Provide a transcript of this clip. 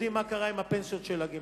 יודעים מה קרה עם הפנסיות של הגמלאים.